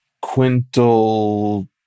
quintal